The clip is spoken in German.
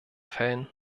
fällen